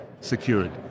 security